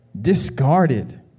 discarded